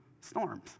storms